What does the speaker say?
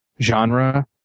genre